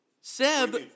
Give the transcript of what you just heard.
Seb